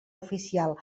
oficial